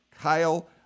Kyle